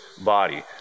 body